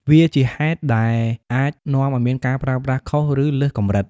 វាជាហេតុ ដែលអាចនាំឱ្យមានការប្រើប្រាស់ខុស ឬលើសកម្រិត។